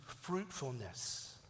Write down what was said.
fruitfulness